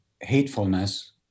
hatefulness